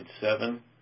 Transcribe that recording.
seven